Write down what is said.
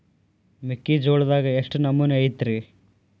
ಮೆಕ್ಕಿಜೋಳದಾಗ ಎಷ್ಟು ನಮೂನಿ ಐತ್ರೇ?